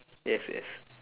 yes yes